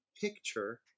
picture